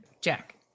Jack